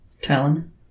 Talon